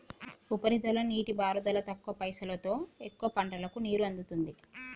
ఉపరితల నీటిపారుదల తక్కువ పైసలోతో ఎక్కువ పంటలకు నీరు అందుతుంది